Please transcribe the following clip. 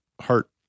heart